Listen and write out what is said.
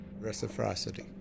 reciprocity